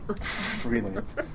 Freelance